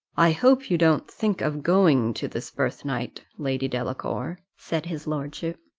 i hope you don't think of going to this birth-night, lady delacour? said his lordship.